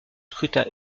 scrutin